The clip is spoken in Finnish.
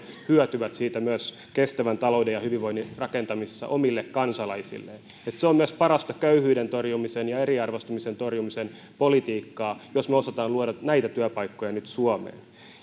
hyötyvät siitä myös kestävän talouden ja hyvinvoinnin rakentamisessa omille kansalaisilleen että se on myös parasta köyhyyden torjumisen ja eriarvoistumisen torjumisen politiikkaa jos me osaamme luoda näitä työpaikkoja nyt suomeen